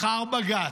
מחר בג"ץ.